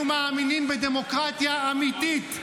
אנחנו מאמינים בדמוקרטיה אמיתית,